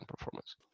performance